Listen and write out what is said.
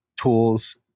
tools